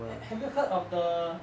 have have you heard of the